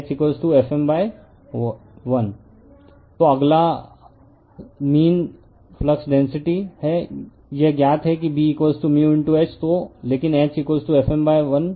refer slide time 1356 तो अगला mean flux density है यह ज्ञात है Bμ H तो लेकिन H Fm l